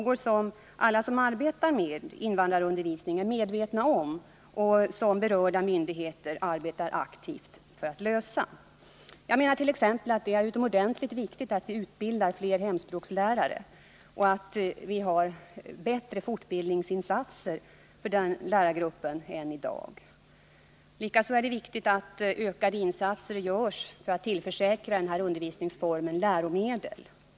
Dessa är frågor som alla som arbetar med invandrarundervisning är medvetna om och som berörda myndigheter arbetar aktivt för att lösa. Jag menart.ex. att det är utomordentligt viktigt att det utbildas fler hemspråkslärare och att det finns bättre fortbildningsinsatser för den lärargruppen. Likaså är det viktigt att ökade insatser görs för att tillförsäkra invandrarundervisningen läromedel.